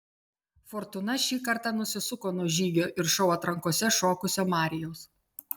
fortūna šį kartą nusisuko nuo žygio ir šou atrankose šokusio marijaus